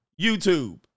YouTube